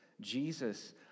Jesus